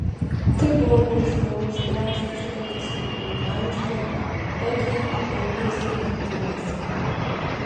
tai buvo bausmė už drastišką tiesiog chuliganišką edžio elgesį lenktynėse